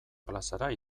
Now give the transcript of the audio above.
plazara